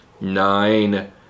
nine